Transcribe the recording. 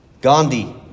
Gandhi